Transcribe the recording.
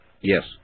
Yes